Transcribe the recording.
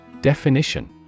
Definition